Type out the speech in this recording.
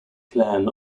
clan